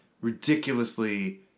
ridiculously